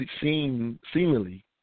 seemingly